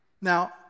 Now